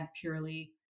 purely